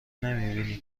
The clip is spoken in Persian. نمیبینی